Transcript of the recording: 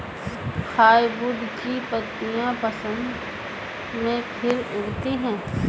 hardwood की पत्तियां बसन्त में फिर उगती हैं